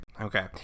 Okay